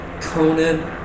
Conan